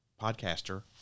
podcaster